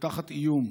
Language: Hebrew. ותחת איום.